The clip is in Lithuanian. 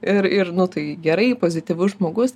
ir ir nu tai gerai pozityvus žmogus